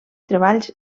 treballs